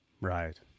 Right